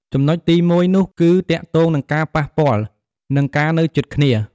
ចំណុចទីមួយនោះ គឺទាក់ទងនឹងការប៉ះពាល់ និងការនៅជិតគ្នា។